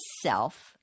self